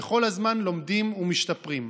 וכל הזמן לומדים ומשתפרים.